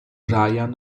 bryan